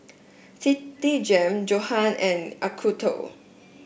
Citigem Johan and Acuto